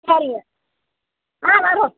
சரிங்க ஆ வர்றோம்